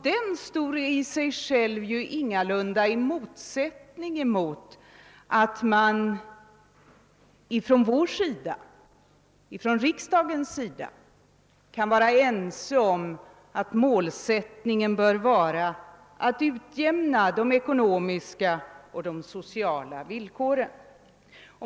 Denna princip står ingalunda i motsättning till att riksdagen kan vara enig i sin uppfattning om att målsättningen bör vara att utjämna de ekonomiska och sociala villkoren.